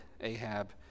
Ahab